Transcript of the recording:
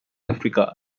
africa